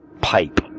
pipe